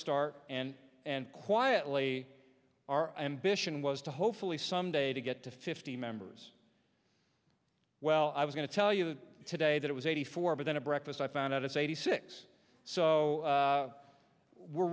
start and and quietly our ambition was to hopefully someday to get to fifty members well i was going to tell you today that it was eighty four but then a breakfast i found out it's eighty six so we're